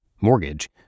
mortgage